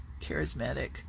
charismatic